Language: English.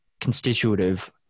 constitutive